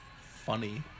funny